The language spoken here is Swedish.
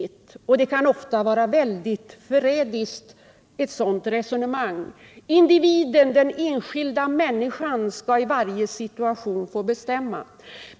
Ett sådant resonemang kan ofta vara mycket förrädiskt. Individen, den enskilda människan, skall i varje 61 situation få bestämma.